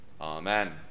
Amen